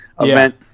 event